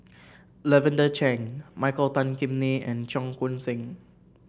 Lavender Chang Michael Tan Kim Nei and Cheong Koon Seng